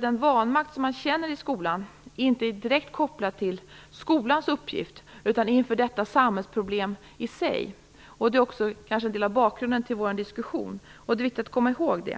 Den vanmakt man känner i skolan är nog inte direkt kopplad till skolan utan till detta samhällsproblem i sig. Det är också en del av bakgrunden till vår diskussion. Det är viktigt att komma ihåg.